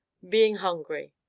being hungry.